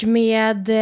med